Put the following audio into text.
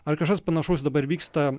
ar kažkas panašaus dabar vyksta